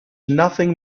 nothing